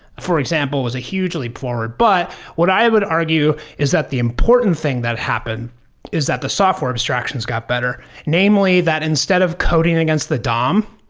for example was a huge leap forward. but what i would argue is that the important thing that happened is that the software abstractions got better. namely, that instead of coding against the dom,